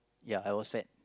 ya I was fat